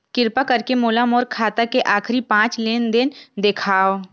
किरपा करके मोला मोर खाता के आखिरी पांच लेन देन देखाव